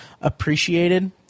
appreciated